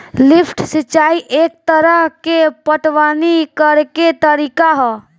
lift सिंचाई एक तरह के पटवनी करेके तरीका ह